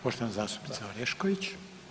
Poštovana zastupnica Orešković.